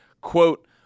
Quote